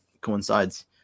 coincides